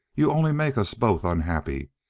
you only make us both unhappy.